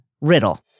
Riddle